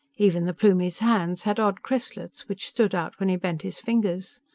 even the plumie's hands had odd crestlets which stood out when he bent his fingers.